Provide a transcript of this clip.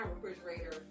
refrigerator